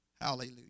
Hallelujah